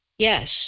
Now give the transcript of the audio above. Yes